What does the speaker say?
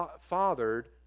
fathered